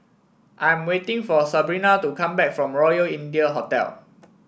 I'm waiting for Sabrina to come back from Royal India Hotel